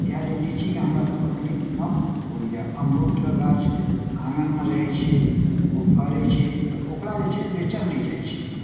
इएह लेल लीचीके हमरासभकेँ कनिक कम होइए अमरूदके गाछ आङनमे रहै छै ओ फड़ैत छै तऽ ओकरा जे छै बेचल नहि जाइ छै